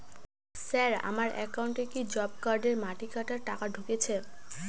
Sir আমার একাউন্টে কি জব কার্ডের মাটি কাটার টাকা ঢুকেছে?